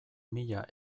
mila